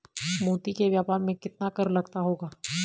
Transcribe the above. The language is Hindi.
मोती के व्यापार में कितना कर लगता होगा?